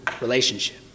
relationship